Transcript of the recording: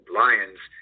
lions